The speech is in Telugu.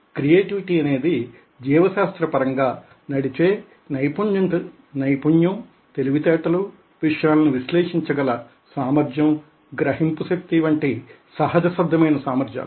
క్రియేటివిటి అనేది జీవ శాస్త్ర పరంగా నడిచే నైపుణ్యం తెలివితేటలు విషయాలను విశ్లేషించ గల సామర్థ్యం గ్రహింపు శక్తి వంటి సహజసిద్ధమైన సామర్థ్యాలు